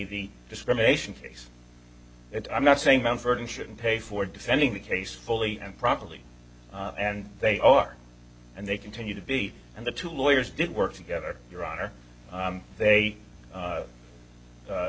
the discrimination case that i'm not saying mount vernon should pay for defending the case fully and properly and they are and they continue to be and the two lawyers did work together your honor they